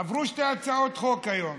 עברו שתי הצעות חוק היום